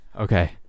Okay